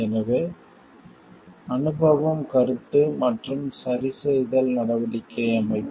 எனவே அனுபவம் கருத்து மற்றும் சரிசெய்தல் நடவடிக்கை அமைப்பு